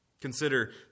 Consider